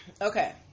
Okay